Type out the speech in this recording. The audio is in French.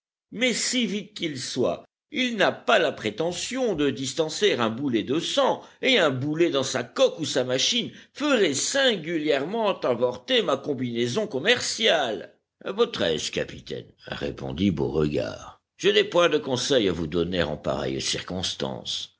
mais si vite qu'il soit il n'a pas la prétention de distancer un boulet de cent et un boulet dans sa coque ou sa machine ferait singulièrement avorter ma combinaison commerciale a votre aise capitaine répondit beauregard je n'ai point de conseil à vous donner en pareille circonstance